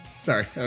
Sorry